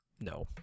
no